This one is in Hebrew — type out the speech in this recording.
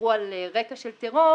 שנעברו על רקע של טרור,